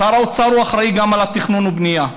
שר האוצר אחראי גם לתכנון והבנייה,